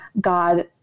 God